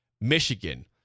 Michigan